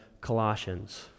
Colossians